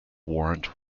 warrant